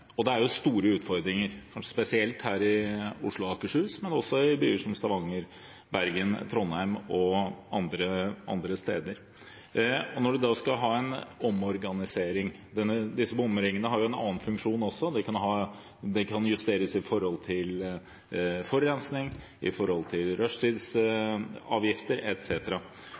Det er store utfordringer, spesielt her i Oslo og Akershus, men også i byer som Stavanger, Bergen, Trondheim og andre steder. Bomringene har jo en annen funksjon også, de kan justeres i forhold til forurensning, rushtidsavgifter etc. Det er viktig. For det første: Er statsråden enig i